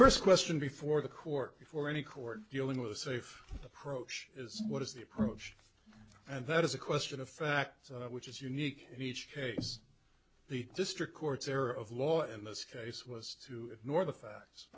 first question before the court before any court dealing with the safe approach is what is the approach and that is a question of fact which is unique in each case the district courts there of law in this case was two nor the facts